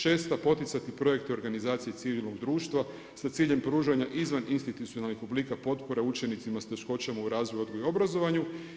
Šest, poticati projekte organizacije civilnog društva sa ciljem pružanja izvaninstitucionalnih oblika potpore učenicima s teškoćama u razvoju, odgoju i obrazovanju.